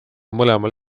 mõlemal